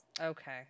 okay